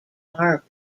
car